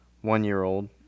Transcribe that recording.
one-year-old